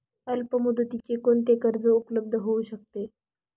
अल्पमुदतीचे कोणते कर्ज उपलब्ध होऊ शकते?